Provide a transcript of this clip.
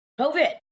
COVID